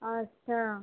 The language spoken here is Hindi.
अच्छा